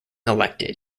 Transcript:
elected